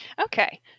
Okay